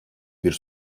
bir